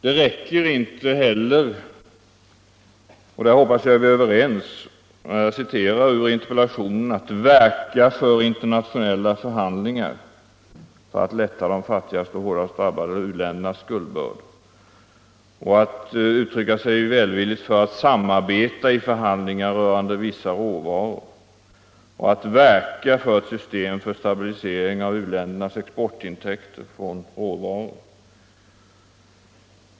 Det räcker inte heller — och där hoppas jag att vi också är överens — att, som det sägs i interpellationen, verka för internationella förhandlingar för att lätta de fattigaste och hårdast drabbade u-ländernas skuldbördor, eller att uttala sig välvilligt för samarbete vid förhandlingar rörande vissa råvaror eller att verka för ett system för stabilisering av u-ländernas exportintäkter från råvaror.